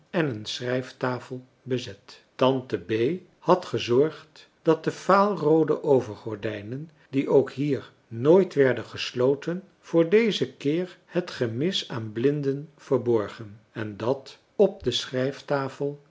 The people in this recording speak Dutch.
en een schrijftafel bezet tante bee had gezorgd dat de vaalroode overgordijnen die ook hier nooit werden gesloten voor dezen keer het gemis aan blinden verborgen en dat op de